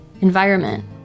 environment